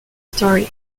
story